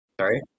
sorry